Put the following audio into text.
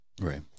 right